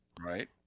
Right